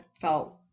felt